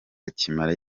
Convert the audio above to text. akimara